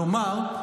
כלומר,